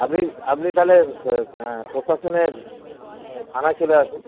আপনি আপনি তাহলে প্রশাসনের থানায় চলে আসুন